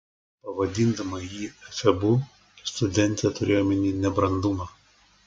pavadindama jį efebu studentė turėjo omenyje nebrandumą